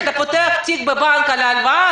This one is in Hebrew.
כשאתה פותח תיק בבנק על ההלוואה,